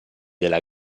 della